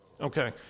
Okay